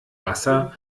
wasser